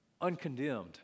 uncondemned